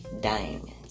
diamonds